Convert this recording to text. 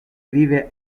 vive